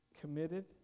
committed